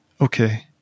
Okay